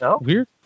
weird